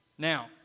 Now